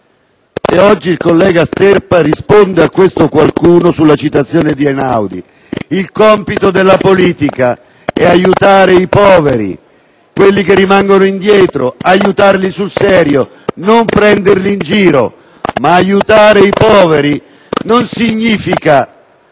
e oggi il collega Sterpa risponde a questo qualcuno sulla citazione di Einaudi. Il compito della politica è aiutare i poveri, quelli che rimangono indietro; aiutarli sul serio, non prenderli in giro, ma aiutare i poveri non significa